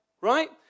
Right